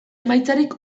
emaitzarik